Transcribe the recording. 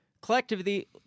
Collectively